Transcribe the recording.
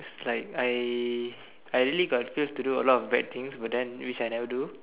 like I I really got feel to do a lot of bad things which I never do